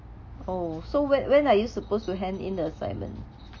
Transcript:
oh so when when are you supposed to hand in the assignment